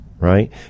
right